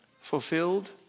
fulfilled